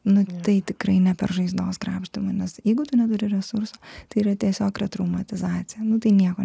na tai tikrai ne per žaizdos krapštymą nes jeigu tu neturi resursų tai yra tiesiog retraumatizacija nu tai nieko